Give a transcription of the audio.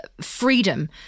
freedom